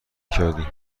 کردی